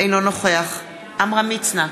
אינו נוכח עמרם מצנע,